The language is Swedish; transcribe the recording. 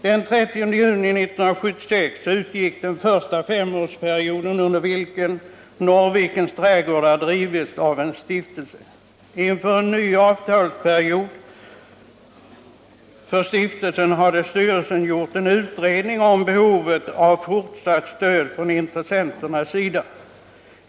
Den 30 juni 1976 utgick den första femårsperioden under vilken Norrvikens trädgårdar drivits av en stiftelse. Inför en ny avtalsperiod för stiftelsen hade styrelsen gjort en utredning om behovet av fortsatt stöd från intressenternas sida.